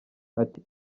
ati